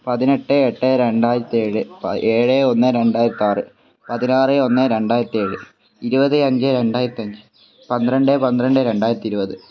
പതിനെട്ട് എട്ട് രണ്ടായിരത്തിയേഴ് ഏഴ് ഒന്ന് രണ്ടായിരത്തിയാറ് പതിനാറ് ഒന്ന് രണ്ടായിരത്തിയേഴ് ഇരുപത് അഞ്ച് രണ്ടായിരത്തിയഞ്ച് പന്ത്രണ്ട് പന്ത്രണ്ട് രണ്ടായിരത്തിയിരുപത്